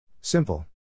Simple